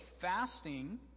fasting